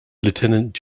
lieutenant